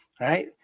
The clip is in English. right